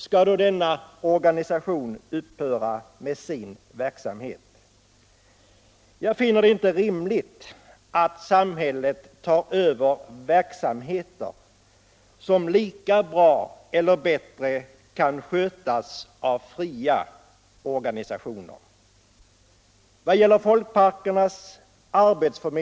Skall denna organisation då upphöra med sin verksamhet? Jag finner det inte rimligt att samhället tar över verksamheter som lika bra eller bättre kan skötas av fria organisationer.